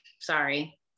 Sorry